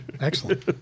Excellent